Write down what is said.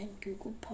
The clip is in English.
Google